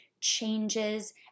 changes